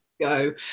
go